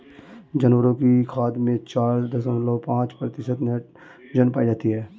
जानवरों की खाद में चार दशमलव पांच प्रतिशत नाइट्रोजन पाई जाती है